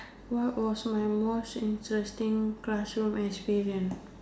what was my most interesting classroom experience